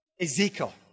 Ezekiel